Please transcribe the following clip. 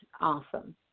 awesome